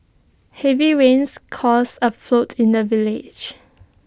heavy rains caused A float in the village